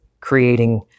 creating